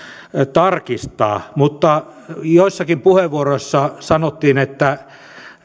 tarkistaa joissakin puheenvuoroissa sanottiin että